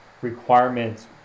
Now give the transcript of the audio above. requirements